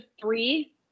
three